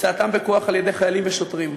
הוצאתם בכוח על-ידי חיילים ושוטרים,